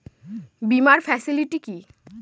বীমার ফেসিলিটি কি?